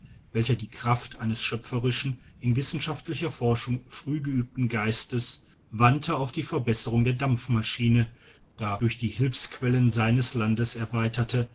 welcher die kraft eines schöpferischen in wissenschaftlicher forschung früh geübten geistes wandte auf die verbesserung der dampfmaschine dadurch die hilfsquellen seines landes erweiterte